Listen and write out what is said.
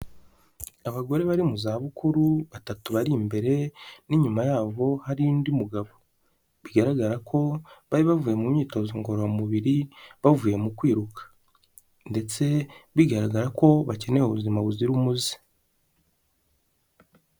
Abagore bari mu za bukuru batatu bari imbere n'inyuma yabo hari undi mugabo bigaragara ko bari bavuye mu myitozo ngororamubiri bavuye mu kwiruka ndetse bigaragara ko bakeneye ubuzima buzira umuze.